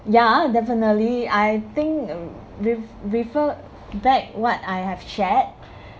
ya definitely I think uh re~ refer back what I have chat